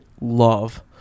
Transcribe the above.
love